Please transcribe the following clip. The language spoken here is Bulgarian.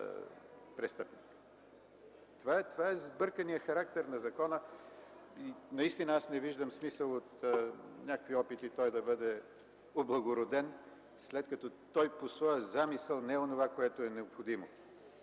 престъпник. Това е сбърканият характер на закона и не виждам смисъл от някакви опити да бъде облагороден, след като той по своя замисъл не е онова, което е необходимо.